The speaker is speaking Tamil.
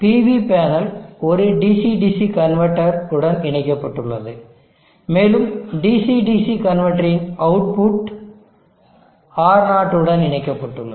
PV பேனல் ஒரு DC DC கன்வெர்ட்டர் உடன் இணைக்கப்பட்டுள்ளது மேலும் DC DC கன்வெர்ட்டரின் அவுட்புட் R0 உடன் இணைக்கப்பட்டுள்ளது